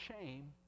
shame